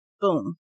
Boom